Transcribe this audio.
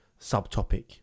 subtopic